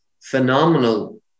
phenomenal